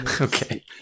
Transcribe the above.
Okay